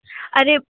ارے